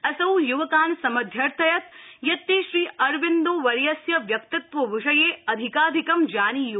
असौ युवकान् समध्यर्थयत् यत् ते श्रीअरबिन्दोवर्यस्य व्यक्तित्व विषये अधिकाधिकं जानीय्